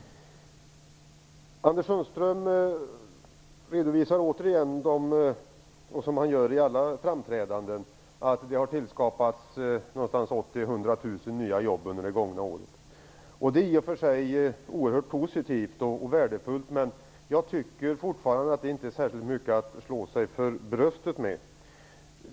Anders Sundström redovisar återigen - som han brukar göra vid alla framträdanden - att det har tillskapats 80 000-100 000 nya jobb under det gångna året. Det är i och för sig oerhört positivt och värdefullt. Men jag tycker fortfarande att det inte är särskilt mycket att slå sig för bröstet för.